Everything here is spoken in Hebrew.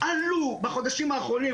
עלו בחודשים האחרונים,